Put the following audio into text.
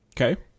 Okay